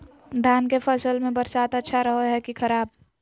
धान के फसल में बरसात अच्छा रहो है कि खराब?